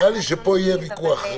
נראה לי כאן יהיה ויכוח.